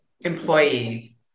employee